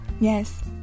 Yes